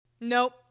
Nope